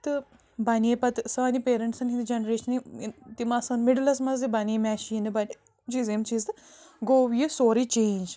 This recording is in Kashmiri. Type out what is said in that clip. تہٕ بنے پتہٕ ٲں سٲنۍ یِم پیرینٛٹسَن ہنٛز جنریشنہِ ٲں تِم آسہِ ہان مِڈلَس منٛز تہٕ بنے میٚشیٖنہٕ بنے ہُم چیٖز تہٕ یِم چیٖز تہٕ گوٚو یہِ سورُے چینٛج